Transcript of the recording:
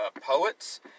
poets